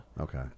Okay